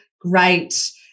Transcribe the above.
Great